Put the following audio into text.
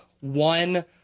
one